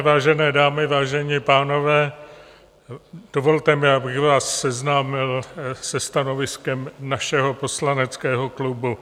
Vážené dámy, vážení pánové, dovolte mi, abych vás seznámil se stanoviskem našeho poslaneckého klubu.